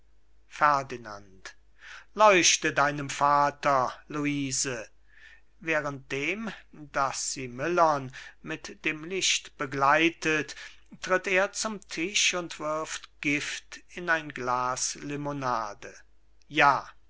ferdinand leuchte deinem vater luise während dem daß sie millern mit dem licht begleitet tritt er zum tisch und wirft gift in ein glas limonade ja